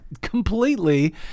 completely